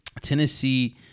Tennessee –